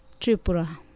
Tripura